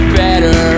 better